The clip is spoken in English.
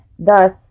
Thus